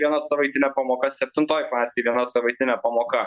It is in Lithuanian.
viena savaitinė pamoka septintoj klasėj viena savaitinė pamoka